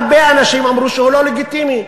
הרבה אנשים אמרו שהוא לא לגיטימי,